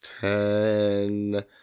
ten